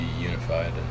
unified